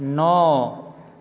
नओ